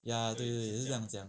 ya 对对对就是这样讲